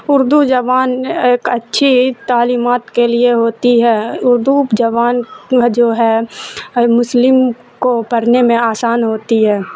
اردو زبان ایک اچھی تعلیمات کے لیے ہوتی ہے اردو زبان میں جو ہے مسلم کو پڑھنے میں آسان ہوتی ہے